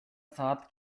саат